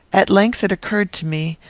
at length it occurred to me,